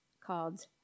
called